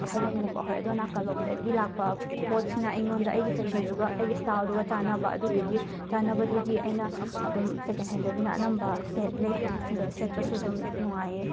ꯊꯥꯏꯂꯦꯟꯒꯨꯝꯕ ꯍꯣꯏ ꯑꯗꯣꯝ ꯅꯥꯀꯜꯂꯣꯝꯗꯒꯤ ꯂꯥꯛꯄ ꯄꯣꯠꯁꯤꯅ ꯑꯩꯉꯣꯟꯗ ꯑꯩꯒꯤ ꯐꯦꯁꯟꯗꯨꯒ ꯑꯩꯒꯤ ꯁ꯭ꯇꯥꯜꯗꯨꯒ ꯆꯥꯟꯅꯕ ꯑꯗꯨꯗꯨꯒꯤ ꯆꯥꯟꯅꯕꯗꯨꯒꯤ ꯑꯩꯅ ꯑꯗꯨꯝ ꯁꯦꯀꯦꯟ ꯍꯦꯟꯗꯒꯤꯅ ꯑꯅꯝꯕ ꯁꯦꯠꯂꯦ ꯑꯗꯣ ꯁꯦꯠꯄꯁꯨ ꯑꯗꯨꯝ ꯅꯨꯡꯉꯥꯢꯌꯦ